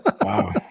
Wow